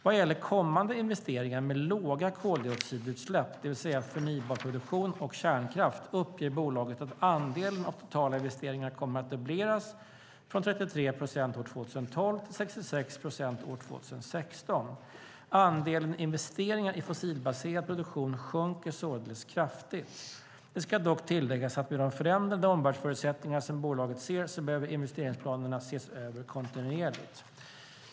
Vad gäller kommande investeringar med låga koldioxidutsläpp, det vill säga förnybar produktion och kärnkraft, uppger bolaget att andelen av totala investeringar kommer att dubbleras från 33 procent år 2012 till 66 procent år 2016. Andelen investeringar i fossilbaserad produktion sjunker således kraftigt. Det ska dock tilläggas att med de förändrade omvärldsförutsättningar som bolaget ser behöver investeringsplanen ses över kontinuerligt.